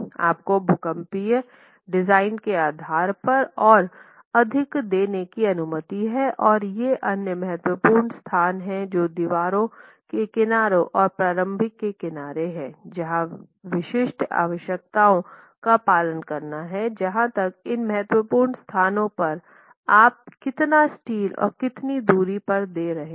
आपको भूकंपीय डिज़ाइन के आधार पर और अधिक देने की अनुमति है और ये अन्य महत्वपूर्ण स्थान हैं जो दीवारों के किनारों और प्रारंभिक के किनारे हैं जहां विशिष्ट आवश्यकताओं का पालन करना है जहां तक इन महत्वपूर्ण स्थानों पर आप कितना स्टील और कितनी दूरी पर दे रहे हैं